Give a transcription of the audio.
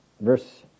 Verse